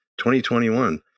2021